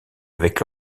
avec